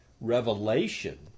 revelation